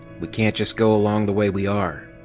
we can't just go along the way we are.